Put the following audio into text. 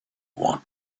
want